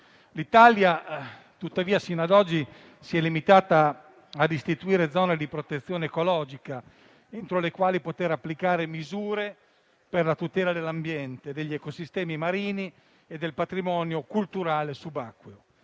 L'Italia, tuttavia, sino ad oggi si è limitata a istituire zone di protezione ecologica, entro le quali poter applicare misure per la tutela dell'ambiente, degli ecosistemi marini e del patrimonio culturale subacqueo.